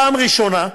פעם ראשונה,